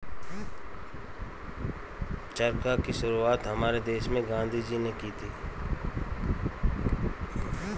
चरखा की शुरुआत हमारे देश में गांधी जी ने की थी